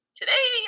today